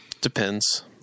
Depends